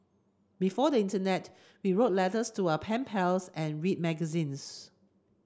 before the internet we wrote letters to our pen pals and read magazines